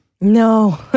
No